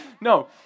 No